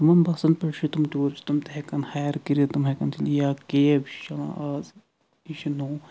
یمن بَسَن پٮ۪ٹھ چھ تِم ٹیٛوٗرِسٹن تِم تہِ ہٮ۪کان ہَیَر کٔرِتھ تِم ہیٚکان یا کیب چھِ چَلاوان اَز یہِ چھُ نوٚو